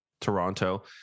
Toronto